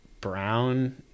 brown